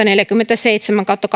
neljäkymmentäseitsemän kautta